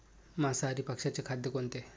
मांसाहारी पक्ष्याचे खाद्य कोणते?